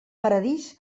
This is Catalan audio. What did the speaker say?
paradís